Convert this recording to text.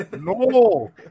No